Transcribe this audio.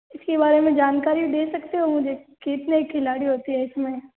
इसके बारे में जानकारी दे सकते हो मुझे कितने खिलाड़ी होते हैं इसमें